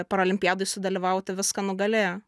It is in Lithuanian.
paralimpiadoj sudalyvauti viską nugalėjo